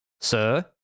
Sir